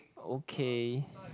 okay